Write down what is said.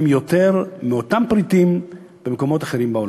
יותר ממחיר אותם פריטים במקומות אחרים בעולם,